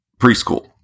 preschool